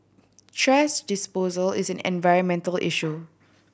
thrash disposal is an environmental issue